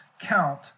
count